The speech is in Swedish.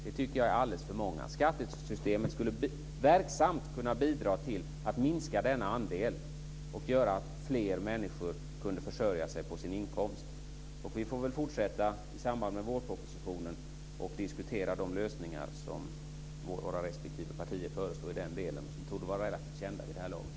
Det är alldeles för många. Skattesystemet skulle verksamt kunna bidra till att minska den andelen och till att fler människor kunde försörja sig på sin inkomst. Vi får fortsätta diskutera de lösningar som våra respektive partier föreslår i samband med vårpropositionen. De torde vara relativt kända vid det här laget.